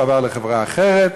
והוא עבר לחברה אחרת,